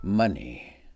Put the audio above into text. Money